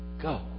go